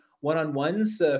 one-on-ones